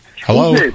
Hello